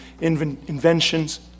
inventions